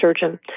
surgeon